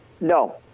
no